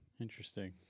interesting